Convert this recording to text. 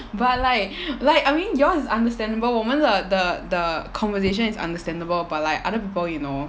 but like like I mean yours is understandable 我们的的的 conversation is understandable but like other people you know